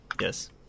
Yes